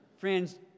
Friends